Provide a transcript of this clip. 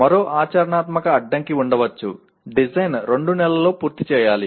మరో ఆచరణాత్మక అడ్డంకి ఉండవచ్చు డిజైన్ రెండు నెలల్లో పూర్తి చేయాలి